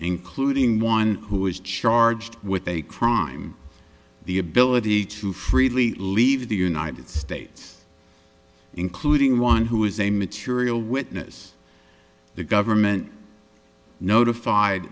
including one who is charged with a crime the ability to freely leave the united states including one who is a material witness the government notified